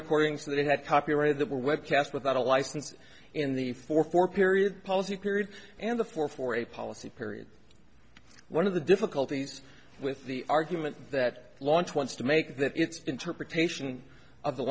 recordings that are not copyrighted that were webcast without a license in the four four period policy period and the four for a policy period one of the difficulties with the argument that launch wants to make that its interpretation of the